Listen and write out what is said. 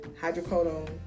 hydrocodone